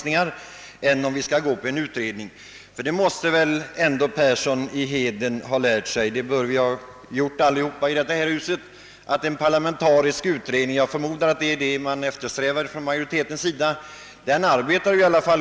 Nämnden skall fastställa vilka kostnader som kan vara skäliga.